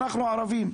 אנחנו הערבים.